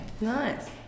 Nice